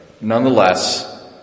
Nonetheless